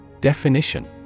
Definition